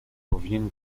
powinien